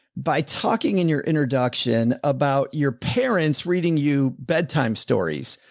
by talking in your introduction about your parents, reading you bedtime stories.